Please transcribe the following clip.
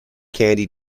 candy